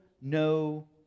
no